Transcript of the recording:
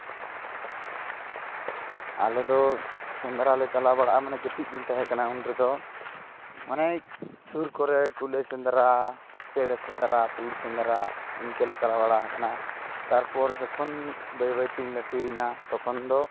ᱟᱞᱮ ᱫᱚ ᱥᱮᱸᱫᱽᱨᱟᱞᱮ ᱪᱟᱞᱟᱣ ᱵᱟᱲᱟᱜᱼᱟ ᱢᱟᱱᱮ ᱠᱟᱹᱴᱤᱡ ᱜᱤᱧ ᱛᱟᱦᱮᱸᱠᱟᱱᱟ ᱩᱱ ᱨᱮᱫᱚ ᱢᱟᱱᱮ ᱥᱩᱨ ᱠᱚᱨᱮ ᱠᱩᱞᱟᱹᱭ ᱥᱮᱸᱫᱽᱨᱟ ᱪᱮᱬᱮ ᱥᱮᱸᱫᱽᱨᱟ ᱛᱩᱲ ᱥᱮᱸᱫᱽᱨᱟ ᱛᱩᱲ ᱥᱮᱸᱫᱽᱨᱟ ᱤᱱᱠᱟᱹᱞᱮ ᱪᱟᱞᱟᱣ ᱵᱟᱲᱟᱣ ᱠᱟᱱᱟᱞᱮ ᱛᱟᱨᱯᱚᱨ ᱡᱚᱠᱷᱚᱱ ᱵᱟᱹᱭᱼᱵᱟᱹᱭᱛᱤᱧ ᱞᱟᱹᱴᱩᱭᱮᱱᱟ ᱛᱚᱠᱷᱚᱱ ᱫᱚ